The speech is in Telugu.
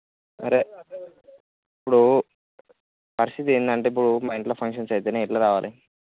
అరే ఇప్పుడు పరిస్థితి ఏంటంటే ఇప్పుడు మా ఇంట్లో ఫంక్షన్స్ అవుతున్నాయి ఎట్లా రావాలి